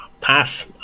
Pass